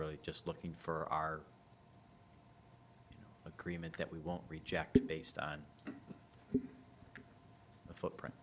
really just looking for our agreement that we won't reject based on the footprint